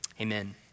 Amen